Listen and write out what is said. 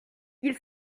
ils